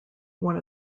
one